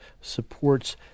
supports